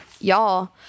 Y'all